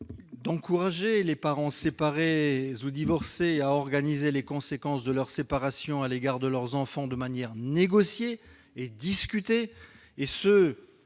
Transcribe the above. d'encourager les parents séparés ou divorcés à organiser les conséquences de leur séparation à l'égard de leurs enfants de manière négociée et discutée- et ce,